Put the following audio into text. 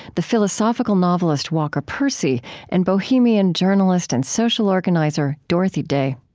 the philosophical novelist walker percy and bohemian journalist and social organizer dorothy day